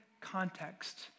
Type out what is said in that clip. context